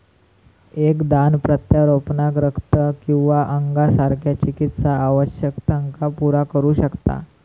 एक दान प्रत्यारोपणाक रक्त किंवा अंगासारख्या चिकित्सा आवश्यकतांका पुरा करू शकता